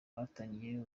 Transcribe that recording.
rwatangiye